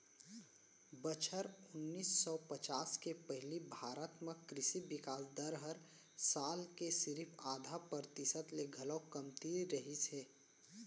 बछर ओनाइस सौ पचास के पहिली भारत म कृसि बिकास दर हर साल के सिरिफ आधा परतिसत ले घलौ कमती रहिस हे